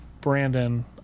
Brandon